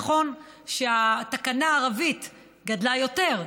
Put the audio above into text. נכון שהתקנה הערבית גדלה יותר,